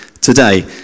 today